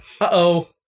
Uh-oh